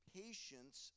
patience